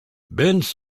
bent